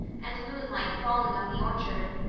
and moonlight falling on the orchard,